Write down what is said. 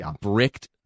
bricked